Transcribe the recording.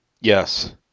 Yes